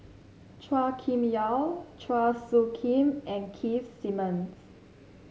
Chua Kim Yeow Chua Soo Khim and Keith Simmons